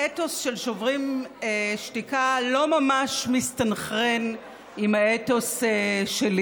האתוס של שוברים שתיקה לא ממש מסתנכרן עם האתוס שלי.